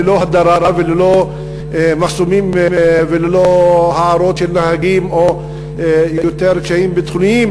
ללא הדרה וללא מחסומים וללא הערות של נהגים או יותר קשיים ביטחוניים,